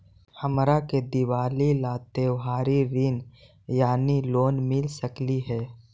हमरा के दिवाली ला त्योहारी ऋण यानी लोन मिल सकली हे?